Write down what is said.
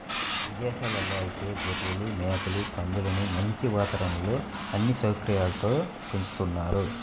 ఇదేశాల్లో ఐతే గొర్రెలు, మేకలు, పందులను మంచి వాతావరణంలో అన్ని సౌకర్యాలతో పెంచుతున్నారు